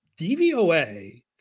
DVOA